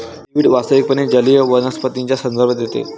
seaweed वास्तविकपणे जलीय वनस्पतींचा संदर्भ देते